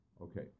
Okay